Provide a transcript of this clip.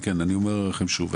אני אומר לכם שוב,